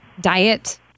diet